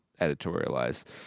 editorialize